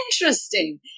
interesting